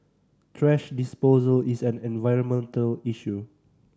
thrash disposal is an environmental issue